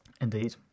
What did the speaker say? indeed